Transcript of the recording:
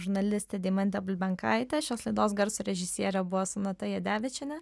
žurnalistė deimantė bulbenkaitė šios laidos garso režisierė buvo sonata jadevičienė